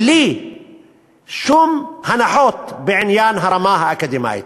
בלי שום הנחות בעניין הרמה האקדמית.